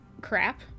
crap